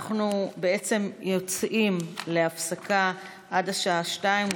אנחנו יוצאים להפסקה עד השעה 14:00,